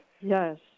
Yes